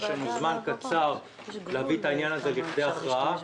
יש לנו זמן קצר להביא את העניין הזה לכדי הכרעה.